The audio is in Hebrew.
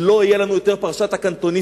לא תהיה לנו יותר פרשת הקנטוניסטים.